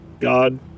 god